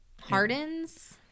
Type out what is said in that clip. hardens